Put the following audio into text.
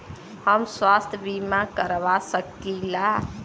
हम स्वास्थ्य बीमा करवा सकी ला?